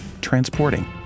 transporting